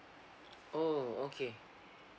oh okay